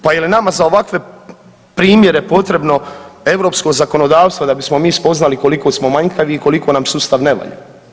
Pa je li nama za ovakve primjere potrebno europsko zakonodavstvo da bismo mi spoznali koliko smo manjkavi i koliko nam sustav ne valja?